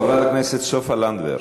חברת הכנסת סופה לנדבר.